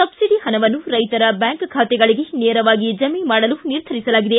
subsidy ಪಣವನ್ನು ರೈತರ bank ಖಾತೆಗಳಿಗೆ ನೇರವಾಗಿ ಜಮೆ ಮಾಡಲು ನಿರ್ಧರಿಸಲಾಗಿದೆ